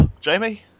Jamie